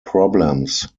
problems